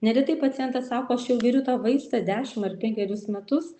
neretai pacientas sako aš jau geriu tą vaistą dešimt ar penkerius metus